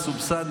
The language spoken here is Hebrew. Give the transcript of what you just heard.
גם מסובסד,